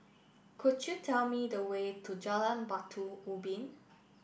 could you tell me the way to Jalan Batu Ubin